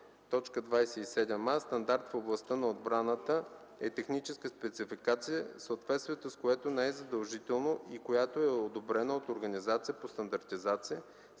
27а: „27а. “Стандарт в областта на отбраната” е техническа спецификация, съответствието с която не е задължително и която е одобрена от организация по стандартизация,